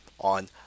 on